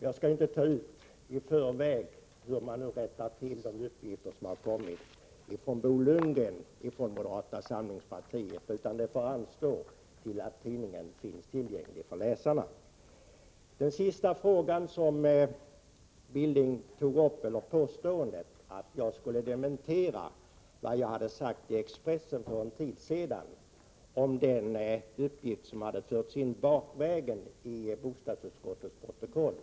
Jag skall dock inte i förväg beröra hur man rättar till de uppgifter som har kommit från Bo Lundgren i moderata samlingspartiet, utan det får anstå tills tidningen finns tillgänglig för läsarna. Knut Billing begärde till sist att jag skulle dementera vad jag har sagt i Expressen för en tid sedan om den uppgift som, enligt vad det står, förs in bakvägen i bostadsutskottets protokoll.